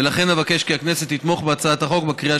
ולכן אבקש כי הכנסת תתמוך בהצעת החוק בקריאה